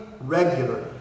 regularly